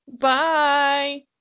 bye